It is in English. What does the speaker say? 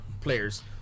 players